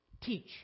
teach